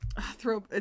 throw